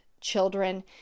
children